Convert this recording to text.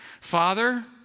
father